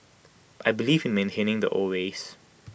I believe in maintaining the old ways